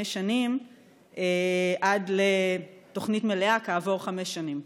השנים עד לתוכנית מלאה כעבור חמש שנים?